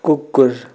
कुकुर